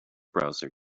browser